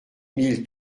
mille